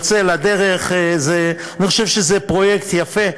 אני חושב שזה פרויקט יפה.